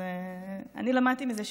אני למדתי מזה שיעור.